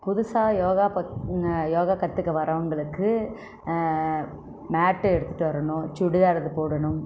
புதுசாக யோகா பத் யோகா கற்று க வரவங்களுக்கு மேட்டு எடுத்துகிட்டு வரணும் சுடிதார் இது போடணும்